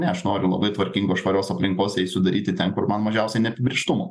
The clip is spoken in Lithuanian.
ne aš noriu labai tvarkingos švarios aplinkos eisiu daryti ten kur man mažiausiai neapibrėžtumo